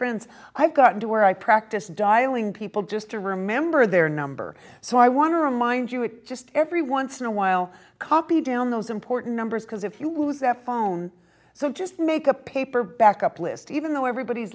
friends i've gotten to where i practice dialing people just to remember their number so i want to remind you it just every once in a while copy down those important numbers because if you was that phone so just make a paper backup list even though everybody